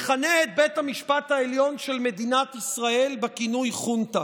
מכנה את בית המשפט העליון של מדינת ישראל בכינוי "חונטה",